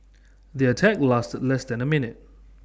the attack lasted less than A minute